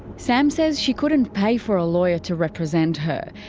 sam says she couldn't pay for a lawyer to represent her.